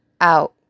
out